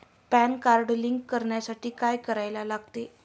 Pan card link करण्यासाठी काय करायला लागते?